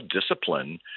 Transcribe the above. discipline